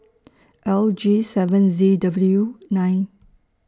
L G seven Z W nine